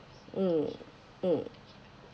mm mm